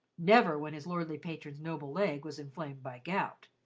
never when his lordly patron's noble leg was inflamed by gout.